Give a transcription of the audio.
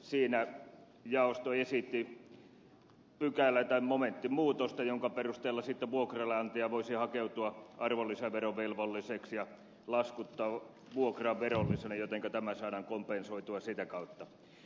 siinä jaosto esitti pykälä tai momenttimuutosta jonka perusteella sitten vuokralleantaja voisi hakeutua arvonlisäverovelvolliseksi ja laskuttaa vuokraa verollisena jotenka tämä saadaan kompensoitua sitä kautta